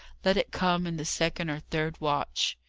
let it come in the second or third watch!